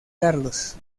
carlos